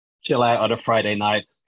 chill-out-on-a-Friday-night